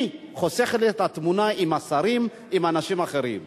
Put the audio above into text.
אני חוסך לי את התמונה עם השרים ועם אנשים אחרים.